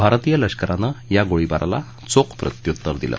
भारतीय लष्करानं या गोळीबाराला चोख प्रत्युत्तर दिलं